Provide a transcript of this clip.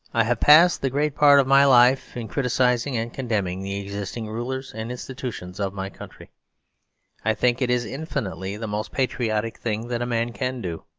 i have passed the great part of my life in criticising and condemning the existing rulers and institutions of my country i think it is infinitely the most patriotic thing that a man can do.